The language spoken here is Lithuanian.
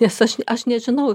nes aš aš nežinau